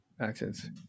Accents